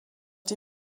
die